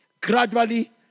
Gradually